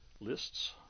Lists